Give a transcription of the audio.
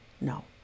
no